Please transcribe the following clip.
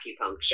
acupuncture